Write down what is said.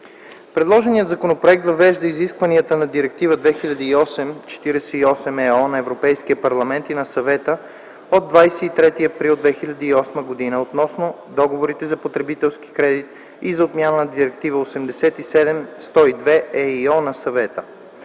Предложеният законопроект въвежда изискванията на Директива 2008/48/ЕО на Европейския парламент и на Съвета от 23 април 2008 г. относно договорите за потребителски кредит и за отмяна на Директива 87/102/ЕИО на Съвета.